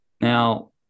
Now